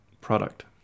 product